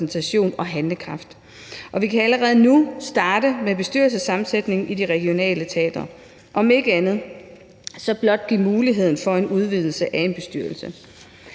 og handlekraft. Og vi kan allerede nu starte med bestyrelsessammensætningen i de regionale teatre, om ikke andet så blot give muligheden for en udvidelse af en bestyrelse.